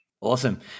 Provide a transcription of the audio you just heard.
Awesome